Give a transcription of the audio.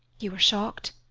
you are shocked,